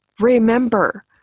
remember